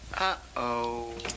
Uh-oh